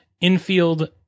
infield